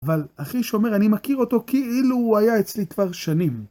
אבל אחי שומר, אני מכיר אותו כאילו הוא היה אצלי כבר שנים.